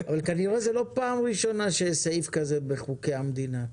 כנראה זאת לא פעם ראשונה שיש סעיף כזה בחוקי המדינה.